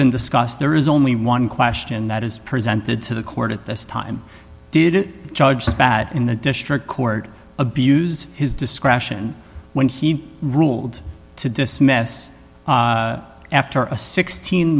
been discussed there is only one question that is presented to the court at this time did it judge spat in the district court abuse his discretion when he ruled to dismiss after a sixteen